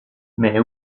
mais